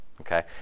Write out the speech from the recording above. Okay